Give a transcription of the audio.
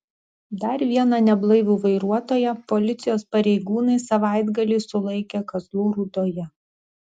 dar vieną neblaivų vairuotoją policijos pareigūnai savaitgalį sulaikė kazlų rūdoje